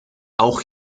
auch